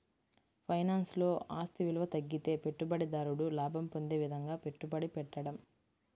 ఫైనాన్స్లో, ఆస్తి విలువ తగ్గితే పెట్టుబడిదారుడు లాభం పొందే విధంగా పెట్టుబడి పెట్టడం